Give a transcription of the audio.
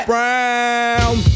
Brown